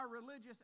religious